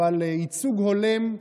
אבל ייצוג הולם,